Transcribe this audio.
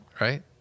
right